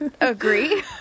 agree